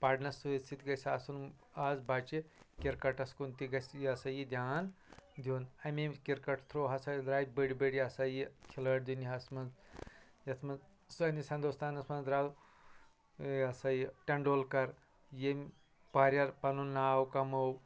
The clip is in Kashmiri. پرنَس سۭتۍ سۭتۍ گژھِ آسُن از بچہِ کِرکٹس کُن تہِ گژھِ یہ ہسا یہِ دیان دِیُن امے کِرکٹ تھرٚو ہسا درٛایہِ بٔڑ بٔڑ ہہ ہسا یہِ کھلٲڑۍ دُنیاہَس منٛز یتھ منٛز سٲنِس ہنُدستانس منٛز درٲو یہ ہسا یہِ تنڈولکر یٔمۍ واریاہ پَنُن نٲو کموو